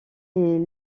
est